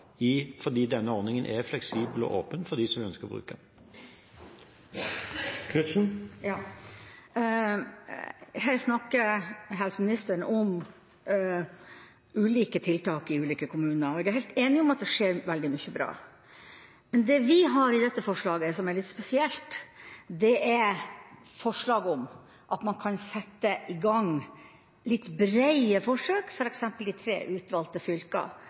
fordi denne ordningen er fleksibel og åpen for dem som ønsker å bruke den. Her snakker helseministeren om ulike tiltak i ulike kommuner, og jeg er helt enig i at det skjer veldig mye bra. Det vi har i dette forslaget som er litt spesielt, er forslag om at man kan sette i gang litt brede forsøk i f.eks. tre utvalgte fylker.